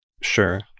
Sure